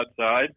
outside